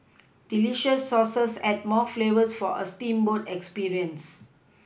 delicious sauces add more flavours for a steamboat experience